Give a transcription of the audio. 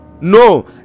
no